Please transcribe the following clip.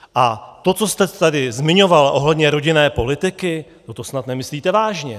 A to, co jste tady zmiňovala ohledně rodinné politiky no to snad nemyslíte vážně!